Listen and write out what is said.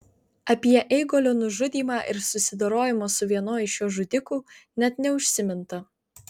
apie eigulio nužudymą ir susidorojimą su vienu iš jo žudikų net neužsiminta